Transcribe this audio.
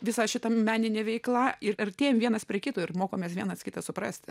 visą šitą meninė veikla ir artėjame vienas prie kito ir mokomės vienas kitą suprasti